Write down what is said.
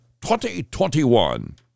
2021